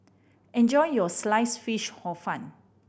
enjoy your slice fish Hor Fun